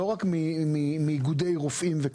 ולא רק מאיגודי רופאים.